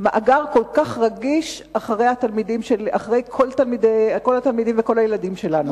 מאגר כל כך רגיש אחרי כל התלמידים וכל הילדים שלנו?